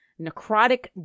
necrotic